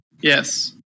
Yes